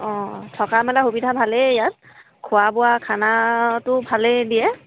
অঁ থকা মেলাৰ সুবিধা ভালেই ইয়াত খোৱা বোৱা খানাটো ভালেই দিয়ে